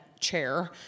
chair